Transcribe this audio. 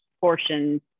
portions